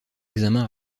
examen